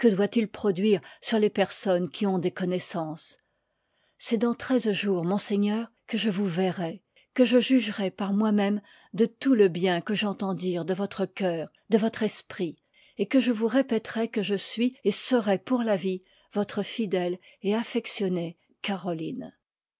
doit-il produire sur les personnes qui ont des connoissances c'est dans treize jours monseigneur que je vous j verrai que je jugerai par moi-même de j tout le bien que j'entends dire de votre cœur de votre esprit et que je vous répéterai que je suis et serai pour la vie votre fidèle et affectionnée caroline